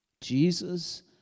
Jesus